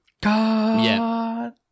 God